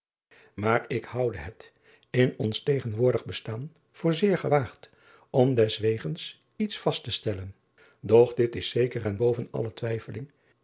aar ik houde het in ons tegenwoordig bestaan voor zeer gewaagd om deswegens iets vast te stellen och dit is zeker en boven alle twijfeling